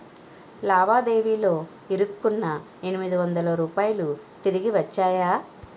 లావాదేవీలో ఇరుక్కున్న ఎనిమిది వందల రూపాయలు తిరిగి వచ్చాయా